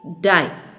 die